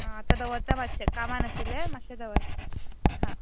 आं आतां दवरता मात्शें कामान आशिल्लें माश्शें दवरता हां